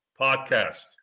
podcast